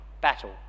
battle